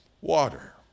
water